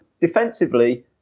Defensively